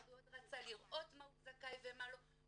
מאוד רצה לראות למה הוא זכאי ולמה לא,